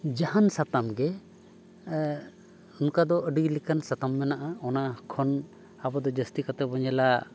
ᱡᱟᱦᱟᱱ ᱥᱟᱛᱟᱢ ᱜᱮ ᱚᱱᱠᱟ ᱫᱚ ᱟᱹᱰᱤ ᱞᱮᱠᱟᱱ ᱥᱟᱛᱟᱢ ᱢᱮᱱᱟᱜᱼᱟ ᱚᱱᱟ ᱠᱷᱚᱱ ᱟᱵᱚ ᱫᱚ ᱡᱟᱹᱥᱛᱤ ᱠᱟᱛᱮᱫ ᱵᱚᱱ ᱧᱮᱞᱟ